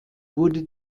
wurde